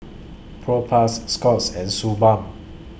Propass Scott's and Suu Balm